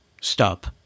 Stop